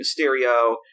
Mysterio